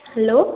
hello